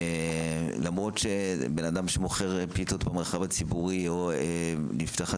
למרות שבן אדם שמוכר פיתות במרחב הציבורי או נפתחת